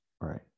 right